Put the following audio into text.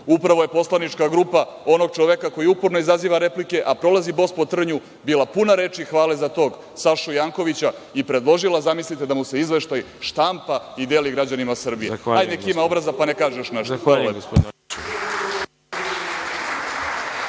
upravo je poslanička grupa onog čoveka, koji uporno izaziva replike, a prolazi bos po trnju bila puna reči hvale za tog Sašu Jankovića i predložila da mu se izveštaj štampa i deli građanima Srbije. **Đorđe Milićević**